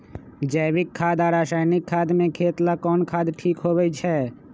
जैविक खाद और रासायनिक खाद में खेत ला कौन खाद ठीक होवैछे?